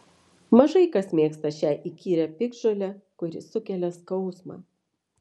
mažai kas mėgsta šią įkyrią piktžolę kuri sukelia skausmą